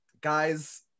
guys